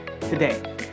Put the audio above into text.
today